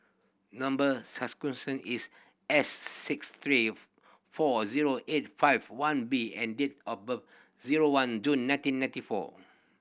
number is S six three four zero eight five one B and date of birth zero one June nineteen ninety four